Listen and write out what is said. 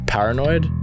Paranoid